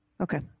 Okay